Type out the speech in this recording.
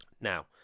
Now